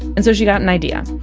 and so she got an idea.